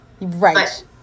right